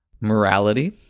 Morality